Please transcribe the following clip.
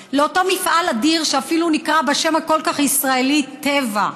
לאותו מפעל אדיר שאפילו נקרא בשם הכל-כך ישראלי: טבע.